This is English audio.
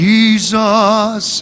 Jesus